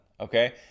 okay